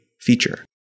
feature